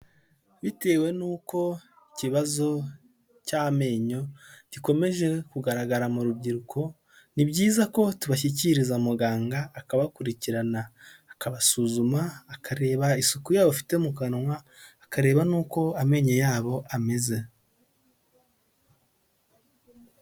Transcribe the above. Bitewe n'uko ikibazo cy'amenyo gikomeje kugaragara mu rubyiruko, ni byiza ko tubashyikiriza muganga akabakurikirana akabasuzuma, akareba isuku yabo bafite mu kanwa akareba n'uko amenyo yabo ameze.